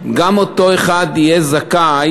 גם אותו אחד יהיה זכאי